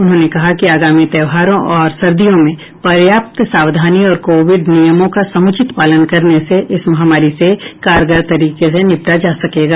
उन्होंने कहा कि आगामी त्योहारों और सर्दियों में पर्याप्त सावधानी और कोविड नियमों का समुचित पालन करने से इस महामारी से कारगर तरीके से निपटा जा सकेगा